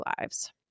lives